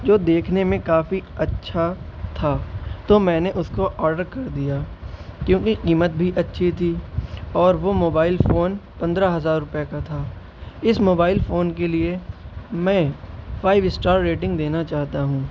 جو دیکھنے میں کافی اچھا تھا تو میں نے اس کو آڈر کر دیا کیونکہ قیمت بھی اچھی تھی اور وہ موبائل فون پندرہ ہزار روپے کا تھا اس موبائل فون کے لیے میں فائو اسٹار ریٹنگ دینا چاہتا ہوں